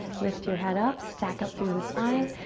lift your head up, stack up through the spine,